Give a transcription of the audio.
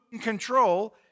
control